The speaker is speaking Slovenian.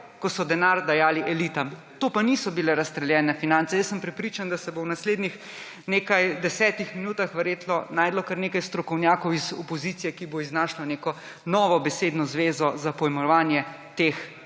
ko so denar dajali elitam. To pa niso bile razstreljene finance. Prepričan sem, da se bo v naslednjih nekaj desetih minutah verjetno našlo kar nekaj strokovnjakov iz opozicije, ki bodo iznašli neko novo besedno zvezo za pojmovanje teh